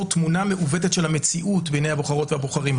תמונה מעוותת של המציאות בעיני הבוחרות והבוחרים.